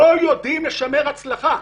לא יודעים לשמר הצלחה.